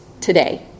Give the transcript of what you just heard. today